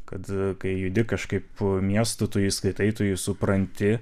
kad kai judi kažkaip miestu tu jį skaitytojų supranti